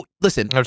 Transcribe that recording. Listen